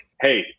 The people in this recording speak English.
Hey